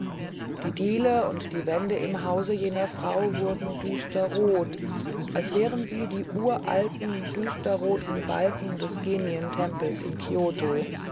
die diele und die wände im hause jener frau wurden düsterrot als wären sie die uralten düsterroten balken des genientempels in kioto